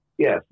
yes